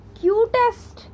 cutest